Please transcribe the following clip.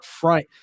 Front